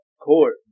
court